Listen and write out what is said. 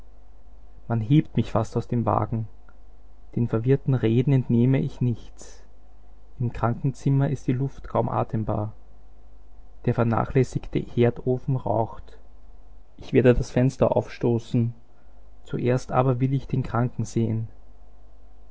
man hebt mich fast aus dem wagen den verwirrten reden entnehme ich nichts im krankenzimmer ist die luft kaum atembar der vernachlässigte herdofen raucht ich werde das fenster aufstoßen zuerst aber will ich den kranken sehen